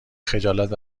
خجالت